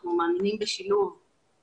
אנחנו מאמינים בשילוב,